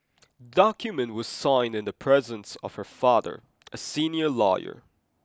document was signed in the presence of her father a senior lawyer